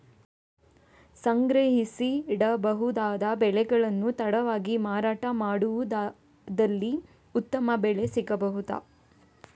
ಸಂಗ್ರಹಿಸಿಡಬಹುದಾದ ಬೆಳೆಗಳನ್ನು ತಡವಾಗಿ ಮಾರಾಟ ಮಾಡುವುದಾದಲ್ಲಿ ಉತ್ತಮ ಬೆಲೆ ಸಿಗಬಹುದಾ?